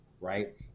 right